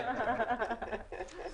בבקשה.